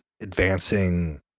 advancing